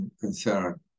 concern